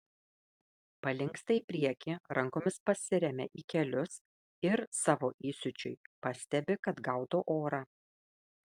palinksta į priekį rankomis pasiremia į kelius ir savo įsiūčiui pastebi kad gaudo orą